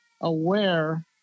aware